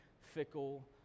fickle